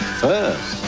first